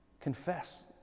Confess